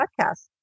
podcast